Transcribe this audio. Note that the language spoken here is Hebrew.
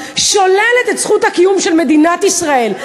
שוללת את זכות הקיום של מדינת ישראל.